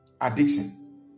addiction